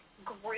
group